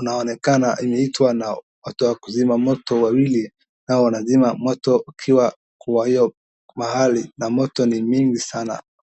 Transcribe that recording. inaonekana imeitwa na watu wa kuzima moto wawili ambao wanazima moto wakiwa kwa hiyo mahali na moto ni mingi sana.